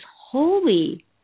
holy